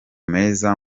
meza